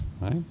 right